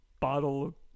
bottle